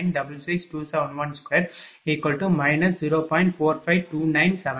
9662712 0